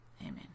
Amen